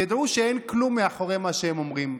תדעו שאין כלום מאחורי מה שהם אומרים.